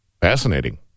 Fascinating